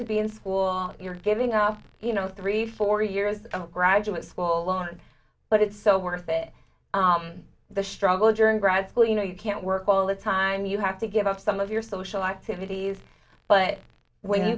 to be in school you're giving up you know three four years of graduate school loans but it's so worth it the struggle during grad school you know you can't work all the time you have to give up some of your social activities but when